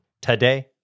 today